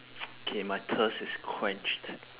okay my thirst is quenched